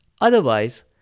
Otherwise